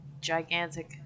gigantic